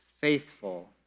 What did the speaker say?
faithful